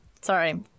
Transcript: Sorry